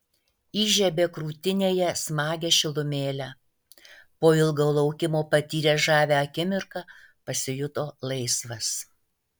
įžiebė krūtinėje smagią šilumėlę po ilgo laukimo patyręs žavią akimirką pasijuto laisvas